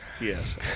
yes